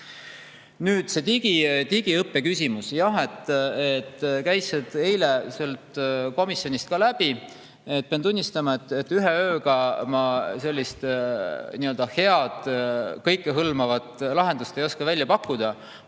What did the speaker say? See digiõppe küsimus, jah, käis eile komisjonist ka läbi. Pean tunnistama, et ühe ööga ma sellist head ja kõikehõlmavat lahendust ei oska välja pakkuda.